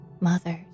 Mothers